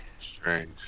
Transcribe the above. Strange